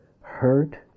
hurt